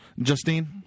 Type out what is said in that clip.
Justine